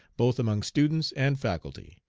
both among students and faculty,